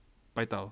baik [tau]